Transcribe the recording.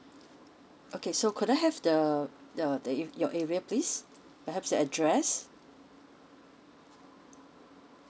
okay so could I have the the the if your area please perhaps your address